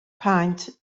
paent